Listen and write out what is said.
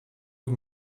het